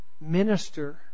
Minister